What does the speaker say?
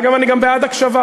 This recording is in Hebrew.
אגב, אני גם בעד הקשבה.